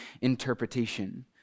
interpretation—